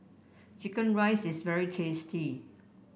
chicken rice is very tasty